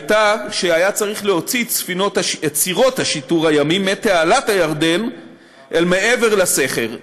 הייתה שהיה צריך להוציא את סירות השיטור הימי מתעלת הירדן אל מעבר לסכר,